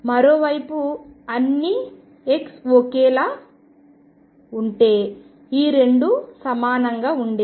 మరోవైపు అన్ని x ఒకేలా ఉంటే ఈ రెండూ సమానంగా ఉండేవి